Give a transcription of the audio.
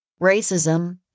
Racism